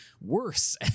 worse